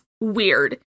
weird